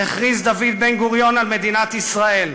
הכריז דוד בן-גוריון על מדינת ישראל.